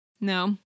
No